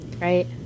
Right